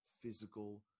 physical